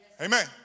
Amen